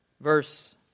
Verse